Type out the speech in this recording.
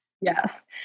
Yes